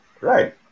right